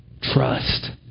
trust